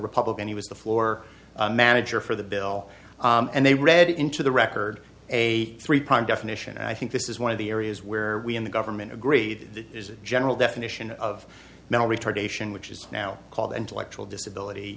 republican he was the floor manager for the bill and they read into the record a three prime definition and i think this is one of the areas where we in the government agreed that is a general definition of mental retardation which is now called intellectual disability